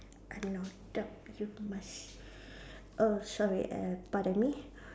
I don't know you must oh sorry uh pardon me